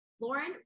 Lauren